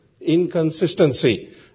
inconsistency